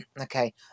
Okay